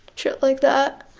shit like that.